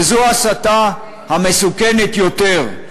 וזו ההסתה המסוכנת יותר,